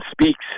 Speaks